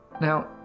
Now